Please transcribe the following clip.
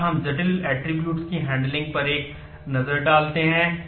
अगला हम जटिल attributes की हैंडलिंग पर एक नज़र डालते हैं